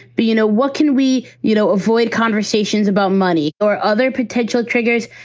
but you know what? can we, you know, avoid conversations about money or other potential triggers?